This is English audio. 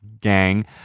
gang